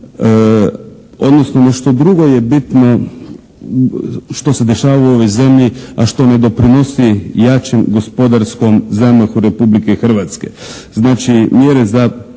odnosno nešto drugo je bitno što se dešava u ovoj zemlji a što ne doprinosi jačem gospodarskom zamahu Republike Hrvatske.